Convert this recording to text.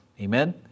Amen